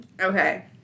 okay